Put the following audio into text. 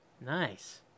Nice